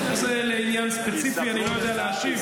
אם זה לעניין ספציפי, אני לא יודע להשיב.